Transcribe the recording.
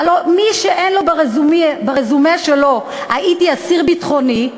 הלוא מי שאין לו ברזומה שלו "הייתי אסיר ביטחוני",